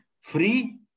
free